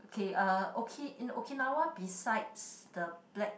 okay uh in Okinawa besides the black